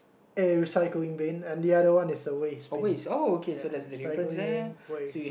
a recycling bin and the other one is a waste bin ya recycling waste